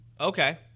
Okay